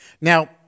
Now